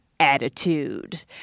Attitude